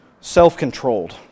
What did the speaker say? Self-controlled